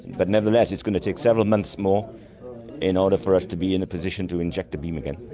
but nevertheless, it's going to take several months more in order for us to be in a position to inject the beam again.